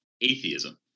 atheism